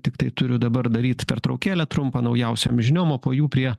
tiktai turiu dabar daryt pertraukėlę trumpą naujausiom žiniom o po jų prie